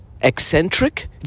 eccentric